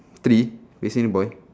three facing the boy